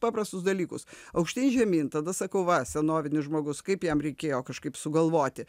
paprastus dalykus aukštyn žemyn tada sakau va senovinis žmogus kaip jam reikėjo kažkaip sugalvoti